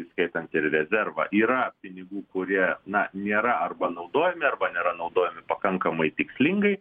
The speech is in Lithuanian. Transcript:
įskaitant ir rezervą yra pinigų kurie na nėra arba naudojami arba nėra naudojami pakankamai tikslingai